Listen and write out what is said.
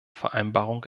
vereinbarung